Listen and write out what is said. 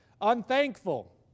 unthankful